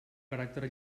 caràcter